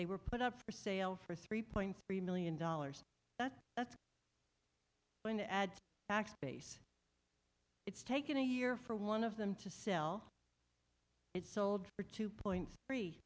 they were put up for sale for three point three million dollars but that's going to add x base it's taken a year for one of them to sell it sold for two point three